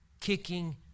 kicking